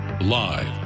Live